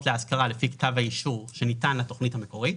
להשכרה לפי כתב האישור שניתן לתכנית המקורית.